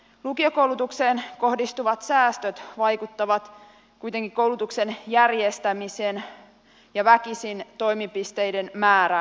lukiokoulutukseen kohdistuvat säästöt vaikuttavat kuitenkin koulutuksen järjestämiseen ja väkisin toimipisteiden määrään